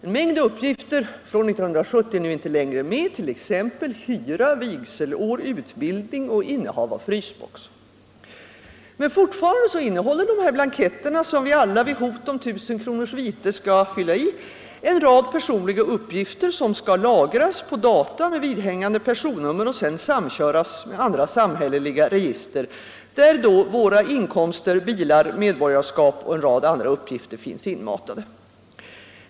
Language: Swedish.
En mängd uppgifter från 1970 är nu inte längre med, t.ex. hyra, vigselår, utbildning och innehav av frysbox. Men fortfarande innehåller dessa blanketter, som vi alla vid hot om 1000 kr. vite skall fylla i, en rad personliga uppgifter som skall lagras på data med vidhängande personnummer och sedan samköras med andra samhälleliga register, där våra inkomster, bilar, medborgarskap och en rad andra uppgifter finns inmatade.